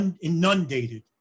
inundated